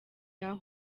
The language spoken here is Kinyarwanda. yaha